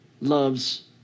loves